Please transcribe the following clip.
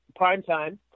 Primetime